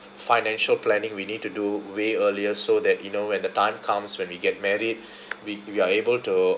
financial planning we need to do way earlier so that you know when the time comes when we get married we we are able to